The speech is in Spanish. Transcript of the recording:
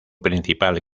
principal